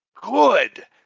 good